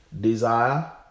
Desire